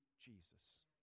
Jesus